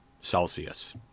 Celsius